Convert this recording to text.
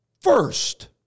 first